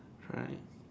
right